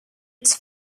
its